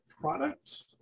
product